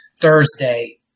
Thursday